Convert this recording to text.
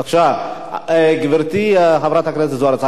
גברתי חברת הכנסת זוארץ,